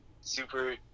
super –